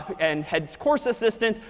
and head course assistant,